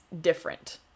different